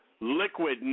Liquid